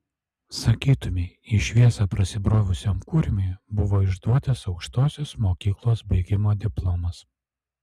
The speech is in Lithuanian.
sakytumei į šviesą prasibrovusiam kurmiui buvo išduotas aukštosios mokyklos baigimo diplomas